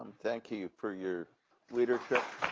um thank you for your leadership